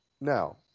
now